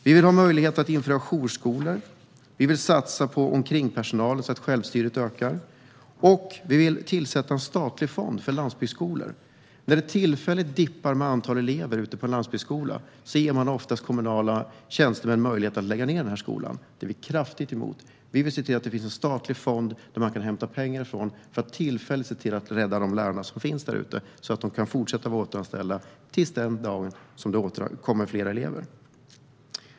Vi vill ha möjlighet att införa jourskolor, vi vill satsa på omkringpersonal så att självstyret ökar och vi vill tillsätta en statlig fond för landsbygdsskolor. När antalet elever dippar tillfälligt på en landsbygdsskola ger man oftast kommunala tjänstemän möjlighet att lägga ned skolan. Detta är vi kraftigt emot. Vi vill se till att det finns en statlig fond där man kan hämta pengar för att tillfälligt rädda de lärare som finns där ute, så att de kan fortsätta att vara anställda tills den dag det kommer fler elever.